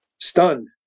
stunned